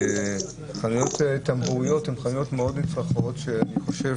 חנויות טמבוריות הן חנויות מאוד נצרכות ואני חושב